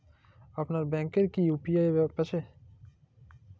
আপনার ব্যাংকের কি কি ইউ.পি.আই অ্যাপ আছে?